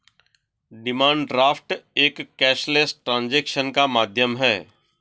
demand draft एक cashless transaction का एक माध्यम है